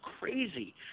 crazy